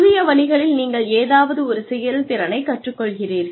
புதிய வழிகளில் நீங்கள் ஏதாவது ஒரு செயல்திறனைக் கற்றுக்கொள்கிறீர்கள்